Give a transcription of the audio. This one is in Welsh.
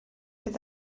bydd